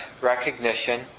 recognition